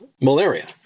malaria